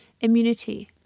immunity